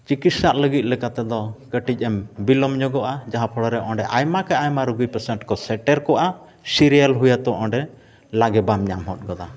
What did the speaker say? ᱪᱤᱠᱤᱛᱥᱟ ᱞᱟᱹᱜᱤᱫ ᱞᱮᱠᱟ ᱛᱮᱫᱚ ᱠᱟᱹᱴᱤᱡ ᱮᱢ ᱵᱤᱞᱚᱢ ᱧᱚᱜᱚᱜᱼᱟ ᱡᱟᱦᱟᱸ ᱯᱚᱲᱳ ᱨᱮ ᱚᱸᱰᱮ ᱟᱭᱢᱟ ᱠᱮ ᱟᱭᱢᱟ ᱨᱩᱜᱤ ᱯᱮᱥᱮᱱᱴ ᱠᱚ ᱥᱮᱴᱮᱨ ᱠᱚᱜᱼᱟ ᱥᱤᱨᱤᱭᱟᱞ ᱦᱩᱭᱟᱹᱛᱮ ᱚᱸᱰᱮ ᱞᱟᱜᱮ ᱵᱟᱢ ᱧᱟᱢ ᱦᱚᱫ ᱜᱚᱫᱟ